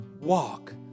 walk